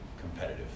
competitive